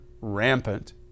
rampant